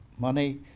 Money